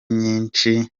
nyinshi